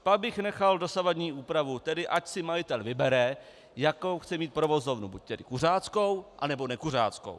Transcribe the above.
Pak bych nechal dosavadní úpravu, tedy ať si majitel vybere, jakou chce mít provozovnu, buď tedy kuřáckou, anebo nekuřáckou.